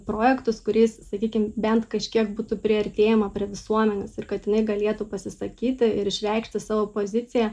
projektus kuris sakykim bent kažkiek būtų priartėjama prie visuomenės ir katinai galėtų pasisakyti ir išreikšti savo poziciją